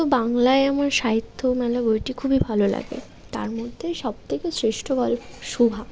তো বাংলায় আমার সাহিত্যমেলা বইটি খুবই ভালো লাগে তার মধ্যেই সব থেকে শ্রেষ্ঠ গল্প সুভা